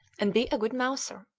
and be a good mouser.